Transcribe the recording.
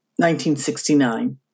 1969